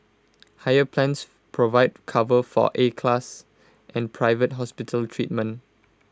higher plans provide cover for A class and private hospital treatment